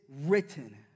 written